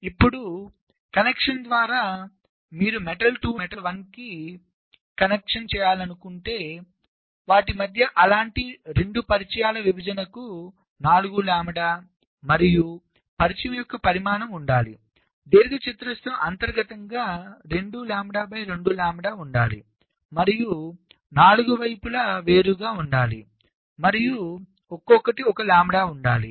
ఇప్పుడు కనెక్షన్ ద్వారా మీరు M2 ను M1 కి కనెక్ట్ చేయాలనుకుంటే వాటి మధ్య అలాంటి 2 పరిచయాల విభజనకు 4 లాంబ్డా మరియు పరిచయం యొక్క పరిమాణం ఉండాలి దీర్ఘచతురస్రం అంతర్గతంగా 2 లాంబ్డా బై 2 లాంబ్డా ఉండాలి మరియు 4 వైపు వేరుగా ఉండాలి మరియు ఒక్కొక్కటి 1 లాంబ్డా ఉండాలి